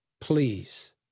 Please